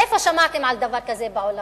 איפה שמעתם על דבר כזה בעולם?